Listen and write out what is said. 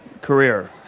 career